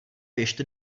běžte